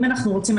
אם אנחנו רוצים,